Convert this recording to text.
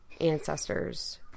ancestors